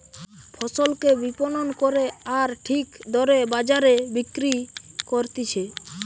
ফসলকে বিপণন করে আর ঠিক দরে বাজারে বিক্রি করতিছে